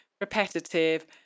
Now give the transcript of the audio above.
repetitive